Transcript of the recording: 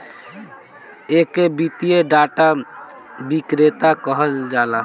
एके वित्तीय डाटा विक्रेता कहल जाला